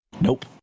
Nope